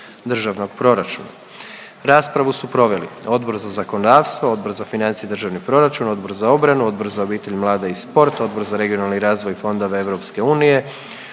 Državnog proračuna. Raspravu su proveli Odbor za zakonodavstvo, Odbor za financije i državni proračun, Odbor za obranu, Odbor za obitelj, mlade i sport, Odbor za regionalni razvoj i fondove EU,